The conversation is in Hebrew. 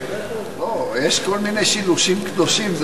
לא, יש כל מיני שילושים קדושים.